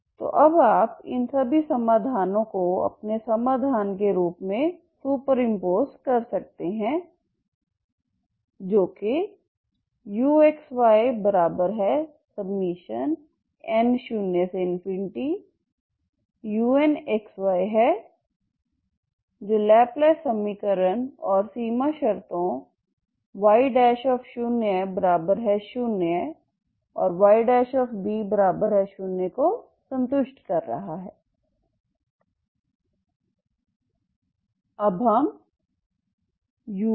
तो अब आप इन सभी समाधानों को अपने समाधान के रूप में सुपरिंपोज कर सकते हैं जो कि uxyn0unxy है जो लैपलेस समीकरण और सीमा शर्तों Y0 0 और Yb0को संतुष्ट कर रहा है अब हम ux